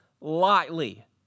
lightly